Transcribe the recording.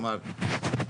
כלומר,